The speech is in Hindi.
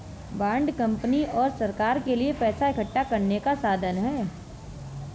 बांड कंपनी और सरकार के लिए पैसा इकठ्ठा करने का साधन है